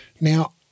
now